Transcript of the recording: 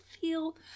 feel